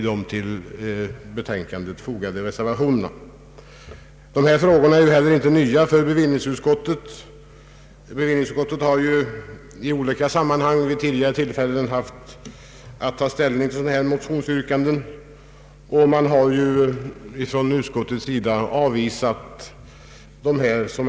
Dessa frågor är inte heller nya för bevillningsutskottet. Utskottet har i olika sammanhang vid tidigare tillfällen haft att ta ställning till motsvarande motionsyrkanden, och utskottet har av principiella skäl avvisat yrkandena.